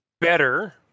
better